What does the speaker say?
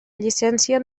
llicència